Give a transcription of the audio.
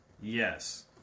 Yes